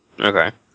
Okay